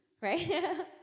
Right